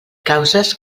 causes